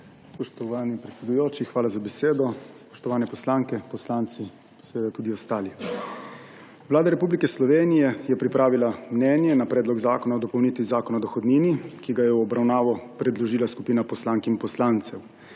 Spoštovani predsedujoči, hvala za besedo. Spoštovane poslanke, poslanci in seveda tudi ostali! Vlada Republike Slovenije je pripravila mnenje na Predlog zakona o dopolnitvi Zakona o dohodnini, ki ga je v obravnavo predložila skupina poslank in poslancev.